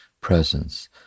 presence